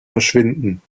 verschwinden